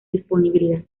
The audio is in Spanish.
disponibilidad